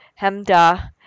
Hemdah